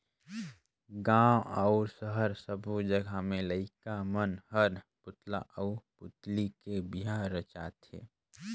गांव अउ सहर सब्बो जघा में लईका मन हर पुतला आउ पुतली के बिहा रचाथे